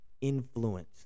influence